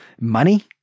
money